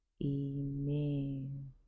Amen